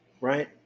Right